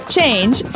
Change